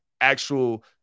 actual